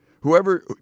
whoever